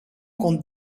kon